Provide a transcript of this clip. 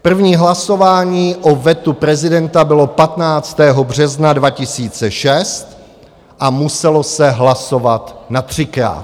První hlasování o vetu prezidenta bylo 15. března 2006 a muselo se hlasovat natřikrát.